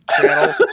channel